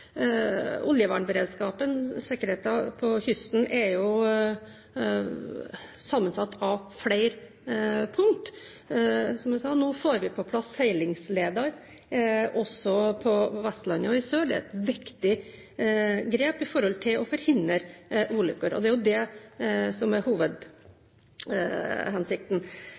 Oljevernberedskapen og sikkerheten på kysten er jo sammensatt av flere punkt. Som jeg sa, nå får vi plass seilingsleder også på Vestlandet og i sør. Det er et viktig grep for å forhindre ulykker, og det er jo det som er hovedhensikten.